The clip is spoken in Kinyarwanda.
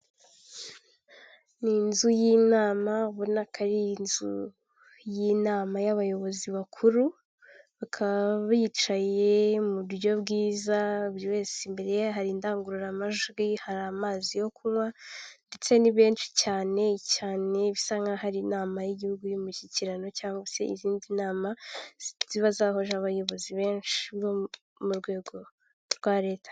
Ni inzu y'inama ubonako ari inzu y'inama y'abayobozi bakuru bakaba bicaye mu buryo bwiza buri wese imbere hari indangururamajwi, hari amazi yo kunywa ndetse ni benshi cyane bisa nk'aho ari inama y'igihugu y'umushyikirano cyangwa se izindi nama ziba zahuje abayobozi benshi bo mu rwego rwa leta.